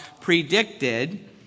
predicted